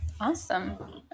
awesome